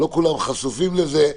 לא כולם חשופים לזה.